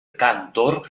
cantor